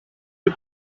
del